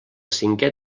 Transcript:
cinquè